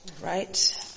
right